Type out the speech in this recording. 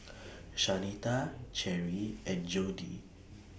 Shanita Cherri and Jodie